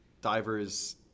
diver's